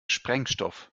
sprengstoff